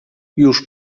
już